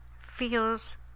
feels